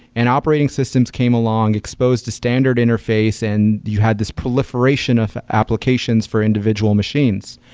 and operating systems came along, exposed to standard interface and you had this proliferation of applications for individual machines.